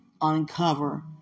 uncover